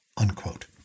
unquote